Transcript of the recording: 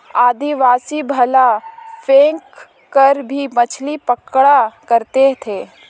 आदिवासी भाला फैंक कर भी मछली पकड़ा करते थे